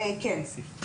כן.